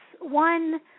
one